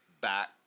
back